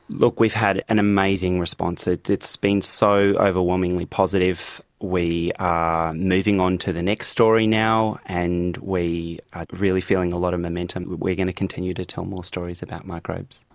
look, we've had an amazing response. it's been so overwhelmingly positive. we are moving on to the next story now and we are really feeling a lot of momentum. we're going to continue to tell more stories about microbes.